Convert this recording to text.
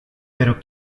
pero